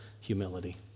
humility